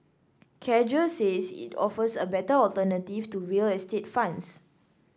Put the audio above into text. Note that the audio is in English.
Cadre says it offers a better alternative to real estate funds